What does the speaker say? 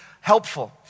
helpful